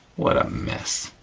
what a mess.